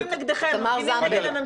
הם לא מפגינים נגדכם, הם מפגינים נגד הממשלה.